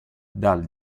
dal